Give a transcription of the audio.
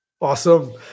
Awesome